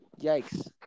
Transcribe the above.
Yikes